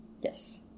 Yes